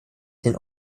den